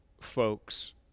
folks